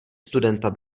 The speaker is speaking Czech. studenta